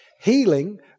Healing